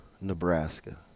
Nebraska